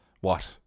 What